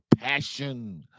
passion